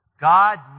god